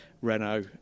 Renault